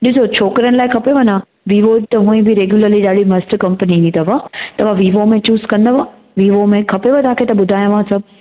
ॾिसो छोकिरिनि लाइ खपेव न वीवो त हुअई बि रेगुलर्ली ॾाढी मस्तु कपंनी ईंदी अथव तव्हां वीव में चूस कंदव वीवो में खपेव तव्हांखे त ॿुधायांव सभु